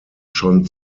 schon